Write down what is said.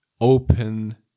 Open